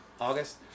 August